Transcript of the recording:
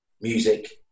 music